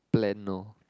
plan lor